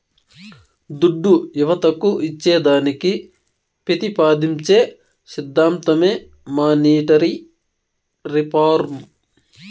దుడ్డు యువతకు ఇచ్చేదానికి పెతిపాదించే సిద్ధాంతమే మానీటరీ రిఫార్మ్